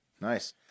Nice